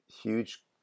huge